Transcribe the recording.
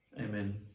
Amen